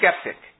skeptic